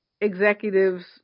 executives